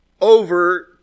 over